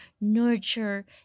nurture